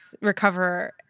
recover